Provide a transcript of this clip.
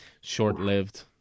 Short-lived